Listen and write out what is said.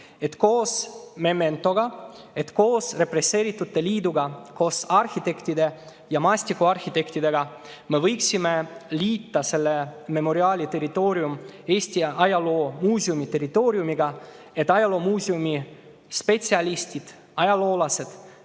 Mementoga, koos represseeritute liiduga, koos arhitektide ja maastikuarhitektidega, et mevõiksime liita selle memoriaali territooriumi Eesti Ajaloomuuseumi territooriumiga, et ajaloomuuseumi spetsialistid, ajaloolased